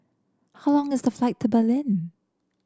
how long is the flight to Berlin